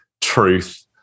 truth